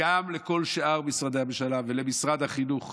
וגם לכל שאר משרדי הממשלה ולמשרד החינוך